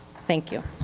thank you.